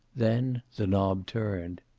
then the knob turned.